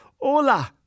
Hola